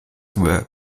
work